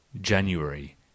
January